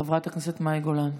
חברת הכנסת מאי גולן.